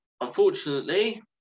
unfortunately